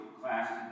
class